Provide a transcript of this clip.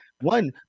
One